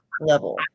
level